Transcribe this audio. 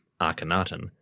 Akhenaten